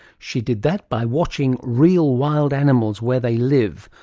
she did that by watching real wild animals where they live,